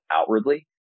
outwardly